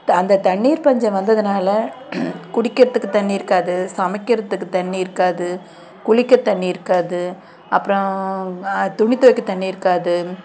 அந்த தண்ணீர் பஞ்சம் வந்ததுனால் குடிக்கிறத்துக்கு தண்ணி இருக்காது சமைக்கிறத்துக்கு தண்ணி இருக்காது குளிக்க தண்ணி இருக்காது அப்புறோம் துணி துவைக்க தண்ணி இருக்காது